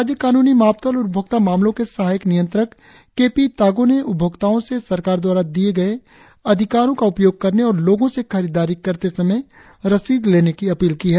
राज्य कानूनी मापतौल और उपभोक्ता मामलो के सहायक नियंत्रक के पी तागो ने उपभोक्ताओं से सरकार द्वारा दिए गए अधिकारों का उपयोग करने और लोगों से खरीददारी करते समय रसीद लेने की अपील की है